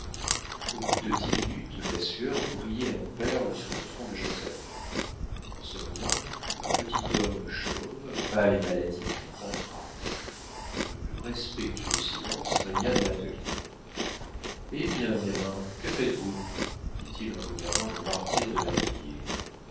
au bout de dix minutes la sueur brillait en perles sur le front de joseph en ce moment un petit homme chauve pâle et maladif entra le plus respectueux silence régna dans l'atelier eh bien gamins que faites-vous dit-il en regardant le martyr de l'atelier